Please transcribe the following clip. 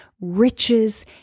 riches